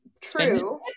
True